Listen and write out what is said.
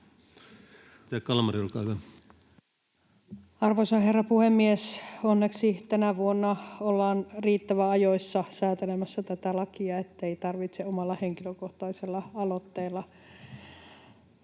Arvoisa herra puhemies! Onneksi tänä vuonna ollaan riittävän ajoissa säätelemässä tätä lakia, ettei tarvitse omalla henkilökohtaisella aloitteella